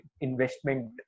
investment